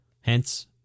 Hence